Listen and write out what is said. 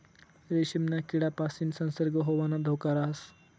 रेशीमना किडापासीन संसर्ग होवाना धोका राहस